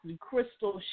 crystal